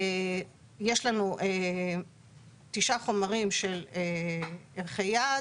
יש לנו תשעה חומרים של ערכי יעד.